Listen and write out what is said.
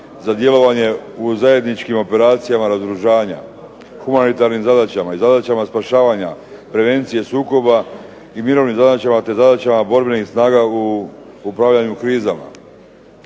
za djelovanje u zajedničkim operacijama razoružanja, humanitarnim zadaćama i zadaćama spašavanja, prevencije sukoba i mirovnim zadaćama pri zadaćama borbenih snaga u upravljanju krizama.